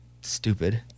stupid